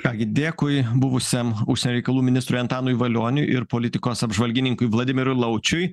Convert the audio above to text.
ką gi dėkui buvusiam užsienio reikalų ministrui antanui valioniui ir politikos apžvalgininkui vladimirui laučiui